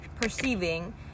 perceiving